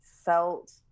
felt